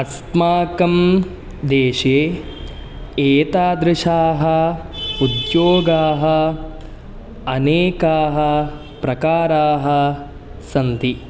अस्माकं देशे एतादृशाः उद्योगाः अनेकाः प्रकाराः सन्ति